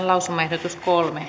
lausumaehdotusta